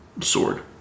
sword